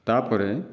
ତା' ପରେ